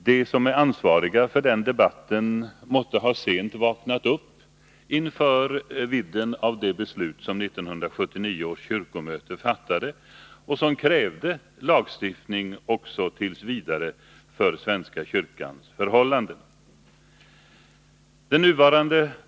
De som är ansvariga för den debatten måtte ha sent vaknat upp inför vidden av det beslut som 1979 års kyrkomöte fattade och som krävde lagstiftning också t. v. för svenska kyrkans förhållanden.